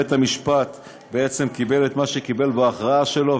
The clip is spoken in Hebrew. בית-המשפט קיבל את מה שקיבל בהכרעה שלו,